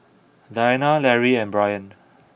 Diana Lary and Brion